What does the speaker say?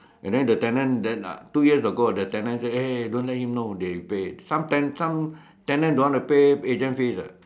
and then the tenant then uh two years ago the tenant say eh don't let him know they paid some ten~ some tenant don't want to pay agent fees ah